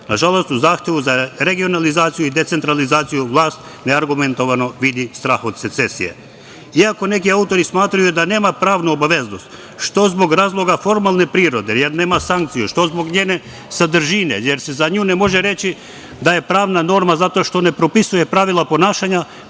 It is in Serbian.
gradovima. Nažalost, u zahtevu za regionalizaciju i decentralizaciju vlast neargumentovano vidi strah od secesije. Iako neki autori smatraju da nema pravnu obaveznost, što zbog razloga formalne prirode, jer nema sankcija, što zbog njene sadržine, jer se za nju ne može reći da je pravna norma zato što ne propisuje pravila ponašanja,